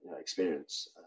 experience